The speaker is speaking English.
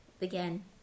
Again